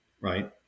right